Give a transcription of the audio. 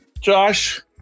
Josh